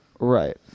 Right